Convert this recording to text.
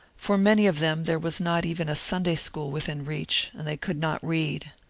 for many of them there was not even a sunday school within reach, and they could not read.